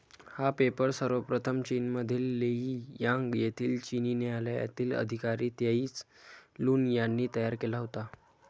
हा पेपर सर्वप्रथम चीनमधील लेई यांग येथील चिनी न्यायालयातील अधिकारी त्साई लुन यांनी तयार केला होता